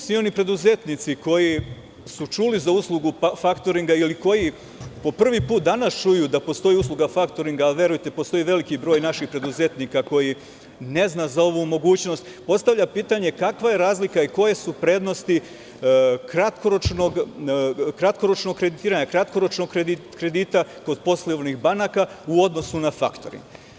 Svi oni preduzetnici koji su čuli za uslugu faktoringa ili koji po prvi put danas čuju da postoji usluga faktoringa, a verujte, postoji veliki broj naših preduzetnika koji ne zna za ovu mogućnost, postavlja pitanje – kakva je razlika i koje su prednosti kratkoročnog kreditiranja, kratkoročnog kredita kod poslovnih banaka, u odnosu na faktoring?